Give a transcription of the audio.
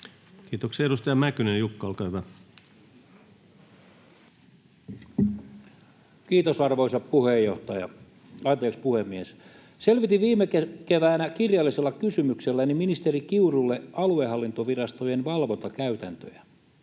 Kiitoksia. — Edustaja Mäkynen, Jukka, olkaa hyvä. Kiitos, arvoisa puhemies! Selvitin viime keväänä kirjallisella kysymykselläni ministeri Kiurulle aluehallintovirastojen valvontakäytäntöjä.